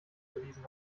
bewiesen